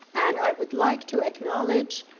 and i would like to acknowledge